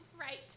Right